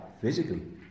physically